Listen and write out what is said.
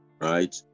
right